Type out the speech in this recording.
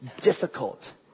difficult